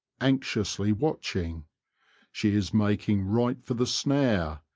anxiously watching she is making right for the snare,